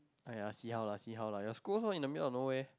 aiyar see how lah see how lah your school held in the mile of no way